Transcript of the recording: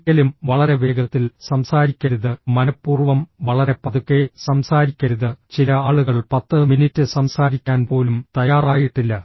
ഒരിക്കലും വളരെ വേഗത്തിൽ സംസാരിക്കരുത് മനഃപൂർവ്വം വളരെ പതുക്കെ സംസാരിക്കരുത് ചില ആളുകൾ 10 മിനിറ്റ് സംസാരിക്കാൻ പോലും തയ്യാറായിട്ടില്ല